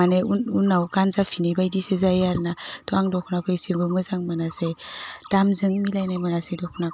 मानि उन उनाव गानजाफिनै बायदिसो जायो आरोना थह आं दख'नाखौ एसेबो मोजां मोनासै दामजों मिलायनाय मोनासै दख'नाखौ